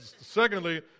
Secondly